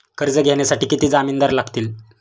कर्ज घेण्यासाठी किती जामिनदार लागतील?